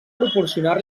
proporcionar